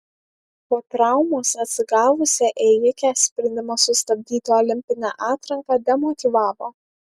po traumos atsigavusią ėjikę sprendimas sustabdyti olimpinę atranką demotyvavo